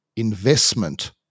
investment